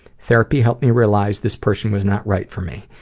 therapy helped me realize this person was not right for me.